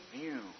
view